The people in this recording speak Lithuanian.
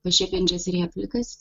pašiepiančias replikas